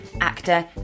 actor